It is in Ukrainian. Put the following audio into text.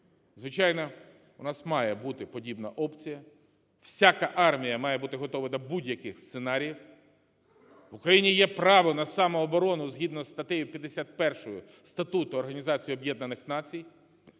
Звичайно, у нас має бути подібна опція, всяка армія має бути готова до будь-яких сценаріїв. В Україні є право на самооборону, згідно зі статтею 51 Статуту